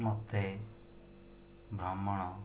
ମୋତେ ଭ୍ରମଣ